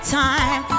time